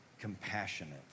compassionate